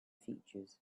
features